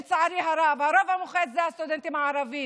לצערי הרב הרוב המוחץ זה הסטודנטים הערבים,